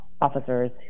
officers